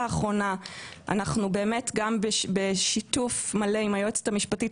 אנחנו לאחרונה בשיתוף מלא עם היועצת המשפטית